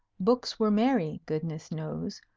books were merry, goodness knows!